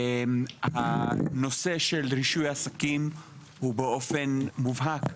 נושא רישוי עסקים הוא, באופן מובהק,